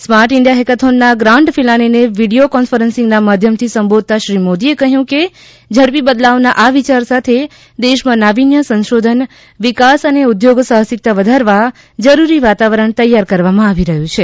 smart India હેકાથોનના grand ફિનાલેને video કોન્ફરન્સીંગના માધ્યમથી સંબોધતા શ્રી મોદીએ કહ્યું કે ઝડપી બદલાવના આ વિચાર સાથે દેશમાં નાવીન્ય સંશોધન વિકાસ અને ઉદ્યોગ સાહસિકતા વધારવા જરૂરી વાતાવરણ તૈયાર કરવામાં આવી રહ્યું છે